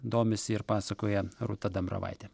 domisi ir pasakoja rūta dambravaitė